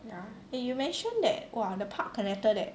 ya eh you mentioned that !wah! the park connector that